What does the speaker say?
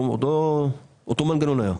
אותו מנגנון היה,